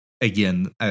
again